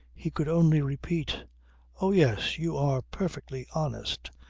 he could only repeat oh yes. you are perfectly honest.